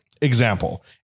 example